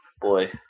Boy